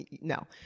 No